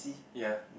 ya